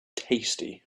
tasty